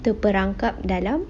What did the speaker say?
terperangkap dalam